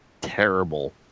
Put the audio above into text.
terrible